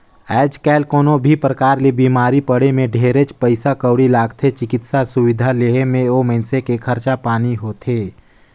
आयज कायल कोनो भी परकार ले बिमारी पड़े मे ढेरेच पइसा कउड़ी लागथे, चिकित्सा सुबिधा लेहे मे ओ मइनसे के खरचा पानी होथे